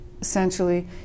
essentially